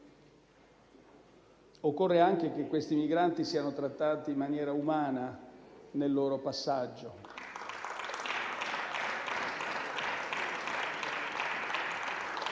Occorre anche che questi migranti siano trattati in maniera umana, nel loro passaggio.